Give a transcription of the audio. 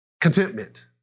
contentment